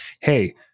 hey